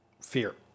fear